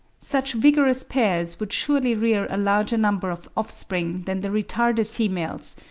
such vigorous pairs would surely rear a larger number of offspring than the retarded females,